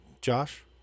Josh